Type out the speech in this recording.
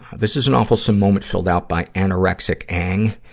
this is an awfulsome moment filled out by anorexic ang.